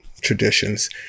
traditions